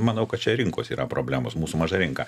manau kad čia ir rinkos yra problemos mūsų maža rinka